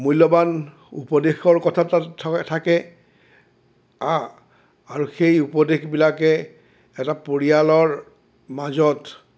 মূল্যৱান উপদেশৰ কথা তাত থা থাকে হাঁ আৰু সেই উপদেশবিলাকে এটা পৰিয়ালৰ মাজত